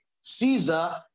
caesar